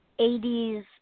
80s